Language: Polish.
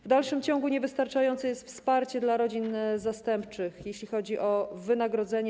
W dalszym ciągu niewystarczające jest wsparcie dla rodzin zastępczych, jeśli chodzi o wynagrodzenie.